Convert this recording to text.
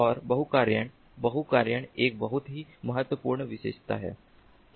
और बहुकार्यण बहुकार्यण एक बहुत ही महत्वपूर्ण विशेषता है